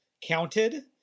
counted